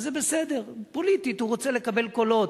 אז זה בסדר, פוליטית הוא רוצה לקבל קולות.